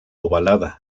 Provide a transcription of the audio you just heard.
ovalada